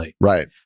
Right